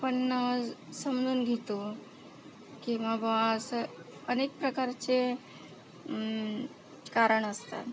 आपण समजून घेतो किंवा बुवा असं अनेक प्रकारचे कारण असतात